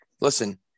listen